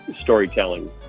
Storytelling